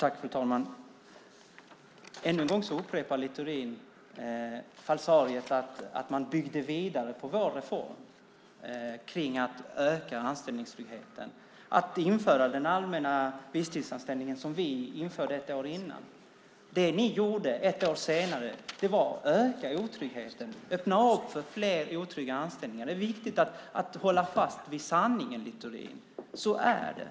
Fru talman! Ännu en gång upprepar Littorin falsariet att man byggde vidare på vår reform för att öka anställningstryggheten genom att införa den allmänna visstidsanställningen som vi infört ett år tidigare. Det ni gjorde ett år senare var att öka otryggheten genom att öppna upp för fler otrygga anställningar. Det är viktigt att hålla fast vid sanningen, Littorin. Så är det.